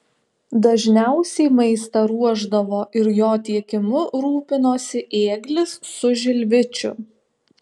dažniausiai maistą ruošdavo ir jo tiekimu rūpinosi ėglis su žilvičiu